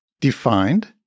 defined